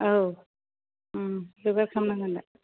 औ जगार खालामनांगोनदा